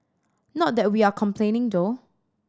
not that we are complaining though